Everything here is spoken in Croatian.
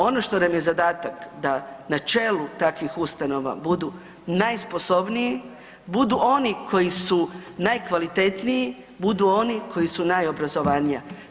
Ono što nam je zadatak da na čelu takvih ustanova budu najsposobniji, budu oni koji su najkvalitetniji, budu oni koji su najobrazovanija.